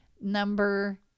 Number